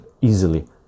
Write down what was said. easily